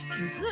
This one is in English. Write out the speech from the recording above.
Cause